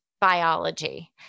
biology